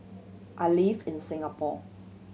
I live in Singapore